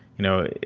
you know,